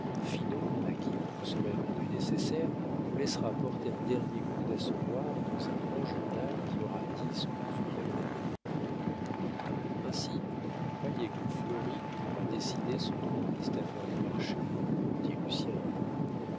finot à qui vous vous serez rendu nécessaire vous laissera porter un dernier coup d'assommoir dans un grand journal qui aura dix ou douze mille abonnés ainsi vous croyez que florine pourra décider son droguiste à faire le marché dit lucien